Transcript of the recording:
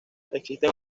existen